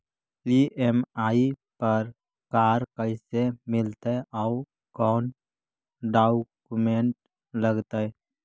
EMI पर car कैसे मिलतै औ कोन डाउकमेंट लगतै?